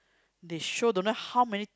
they show don't know how many